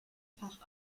fach